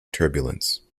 turbulence